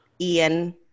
Ian